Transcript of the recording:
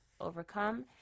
overcome